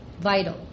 vital